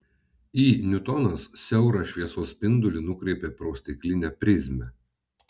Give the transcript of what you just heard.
i niutonas siaurą šviesos spindulį nukreipė pro stiklinę prizmę